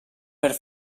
fer